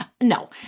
no